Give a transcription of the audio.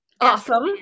Awesome